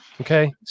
Okay